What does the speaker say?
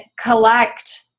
collect